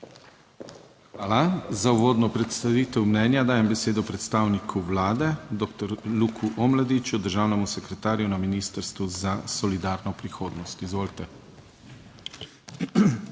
Hvala. Za uvodno predstavitev mnenja dajem besedo predstavniku Vlade, doktor Luku Omladiču, državnemu sekretarju na Ministrstvu za solidarno prihodnost, izvolite.